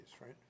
right